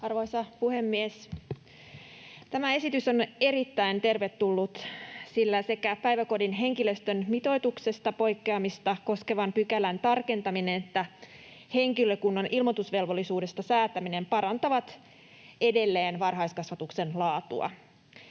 Arvoisa puhemies! Tämä esitys on erittäin tervetullut, sillä sekä päiväkodin henkilöstön mitoituksesta poikkeamista koskevan pykälän tarkentaminen että henkilökunnan ilmoitusvelvollisuudesta säätäminen parantavat edelleen varhaiskasvatuksen laatua.